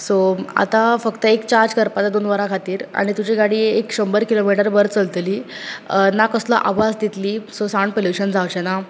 so आतां फक्त एक चार्ज करपाचे दोन वरां खातीर आनी तुजी गाडी एक शंबर किलोमिटर भर चलतली ना कसलो आवाज दितली सो सावंड पोलूशन जावचेना